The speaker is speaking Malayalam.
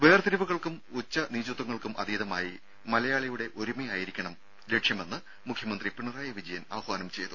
വേർതിരിവുകൾക്കും ഉച്ചനീചത്വങ്ങൾക്കും അതീതമായി മലയാളിയുടെ ഒരുമയായിരിക്കണം നമ്മുടെ ലക്ഷ്യമെന്ന് മുഖ്യമന്ത്രി പിണറായി വിജയൻ ആഹ്വാനം ചെയ്തു